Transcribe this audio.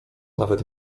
nawet